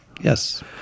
Yes